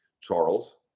Charles